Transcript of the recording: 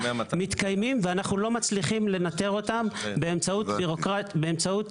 עם אילוצים שמתקיימים ואנחנו לא מצליחים לנטר אותם באמצעות הסדרה.